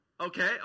Okay